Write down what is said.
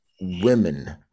women